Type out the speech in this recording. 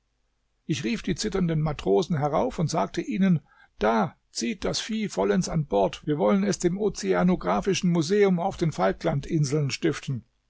ich rief die zitternden matrosen herauf und sagte ihnen da ziehet das vieh vollends an bord wir wollen es dem ozeanographischen museum auf den falklandsinseln stiften